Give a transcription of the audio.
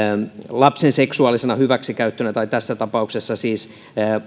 lapsen seksuaalisena hyväksikäyttönä tai tässä tapauksessa siis